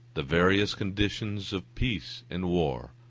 the various conditions of peace and war,